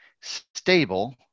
stable